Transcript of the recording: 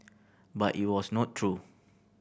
but it was not true